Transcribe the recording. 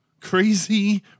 crazy